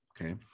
Okay